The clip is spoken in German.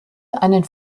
einen